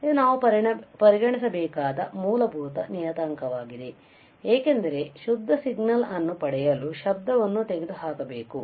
ಇದು ನಾವು ಪರಿಗಣಿಸಬೇಕಾದ ಮೂಲಭೂತ ನಿಯತಾಂಕವಾಗಿದೆ ಏಕೆಂದರೆ ಶುದ್ಧ ಸಿಗ್ನಲ್ ಅನ್ನು ಪಡೆಯಲು ಶಬ್ದವನ್ನು ತೆಗೆದುಹಾಕಬೇಕು